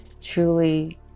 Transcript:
truly